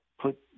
put